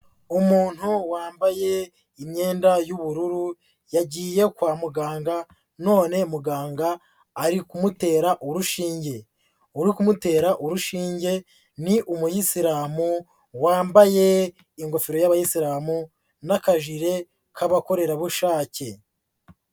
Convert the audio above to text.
Umuntu wambaye imyenda y'ubururu, yagiye kwa muganga none muganga ari kumutera urushinge, uri kumutera urushinge ni umuyisilamu, wambaye ingofero y'abayisilamu n'akajire k'abakorerabushake.